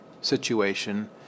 situation